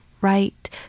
Right